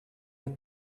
your